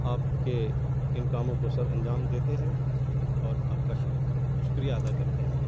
آپ کے ان کاموں کو سر انجام دیتے ہیں اور آپ کا شکر شکریہ ادا کرتے ہیں